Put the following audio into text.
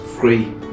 ...free